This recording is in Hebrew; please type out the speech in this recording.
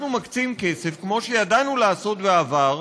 אנחנו מקצים כסף כמו שידענו לעשות בעבר,